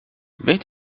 weet